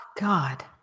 God